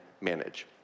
manage